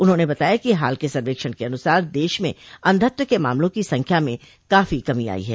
उन्होंने बताया कि हाल क सर्वेक्षण के अनुसार देश में अंधत्व के मामलों की संख्या में काफी कमी आई है